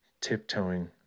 tiptoeing